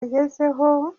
agezeho